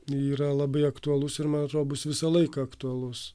yra labai aktualus ir man atro bus visą laiką aktualus